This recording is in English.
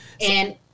And-